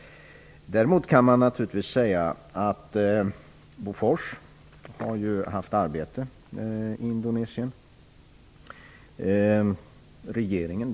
Man kan däremot naturligtvis säga att Bofors haft arbete i Indonesien.